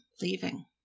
leaving